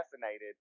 fascinated